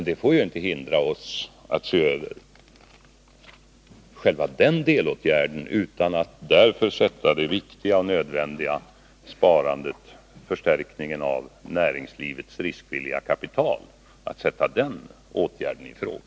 Vi bör inte vara förhindrade att se över den delen av saken, utan att därför sätta det viktiga och nödvändiga sparandet och därmed förstärkningen av näringslivets riskvilliga kapital i fråga.